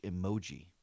emoji